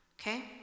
okay